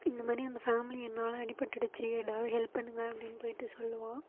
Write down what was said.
இந்த மாதிரி அந்த ஃபேமிலி என்னால் அடிபட்டுடுச்சு ஏதாவது ஹெல்ப் பண்ணுங்கள் அப்படின்னு போய்ட்டு சொல்லுவான்